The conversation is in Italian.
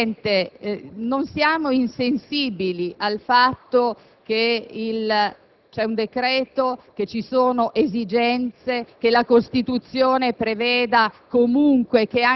Presidente, non siamo insensibili al fatto che c'è un decreto, che ci sono esigenze, che la Costituzione prevede